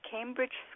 Cambridge